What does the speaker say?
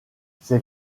ces